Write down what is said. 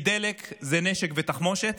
כי דלק זה נשק ותחמושת,